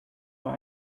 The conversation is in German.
bei